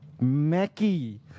Mackie